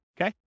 Okay